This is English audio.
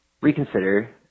reconsider